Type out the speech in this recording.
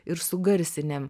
ir su garsinėm